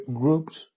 groups